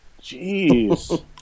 Jeez